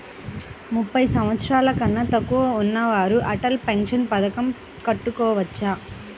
ముప్పై సంవత్సరాలకన్నా తక్కువ ఉన్నవారు అటల్ పెన్షన్ పథకం కట్టుకోవచ్చా?